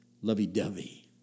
lovey-dovey